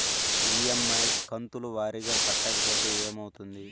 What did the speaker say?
EMI కంతుల వారీగా కట్టకపోతే ఏమవుతుంది?